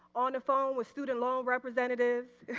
on the phone with student loan representatives,